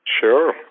Sure